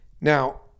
Now